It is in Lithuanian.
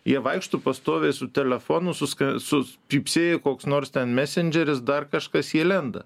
jie vaikšto pastoviai su telefonu suska sus pypsėjo koks nors ten mesendžeris dar kažkas jie lenda